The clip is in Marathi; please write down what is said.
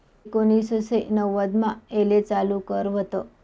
एकोनिससे नव्वदमा येले चालू कर व्हत